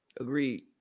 Agreed